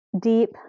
deep